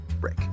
break